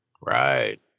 right